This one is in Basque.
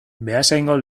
beasaingo